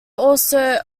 also